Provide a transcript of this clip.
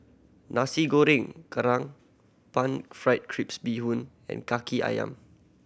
Nasi Goreng Kerang Pan Fried Crispy Bee Hoon and Kaki Ayam